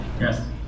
Yes